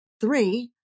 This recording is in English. Three